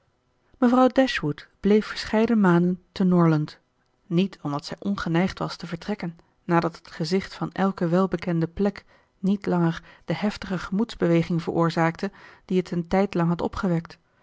mevrouw dashwood bleef verscheiden maanden te norland niet omdat zij ongeneigd was te vertrekken nadat het gezicht van elke welbekende plek niet langer de heftige gemoedsbeweging veroorzaakte die het een tijdlang had opgewekt